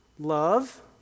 Love